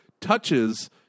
touches